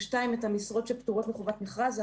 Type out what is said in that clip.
2. את המשרות שפטורות מחובת מכרז.